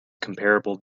comparable